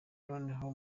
noneho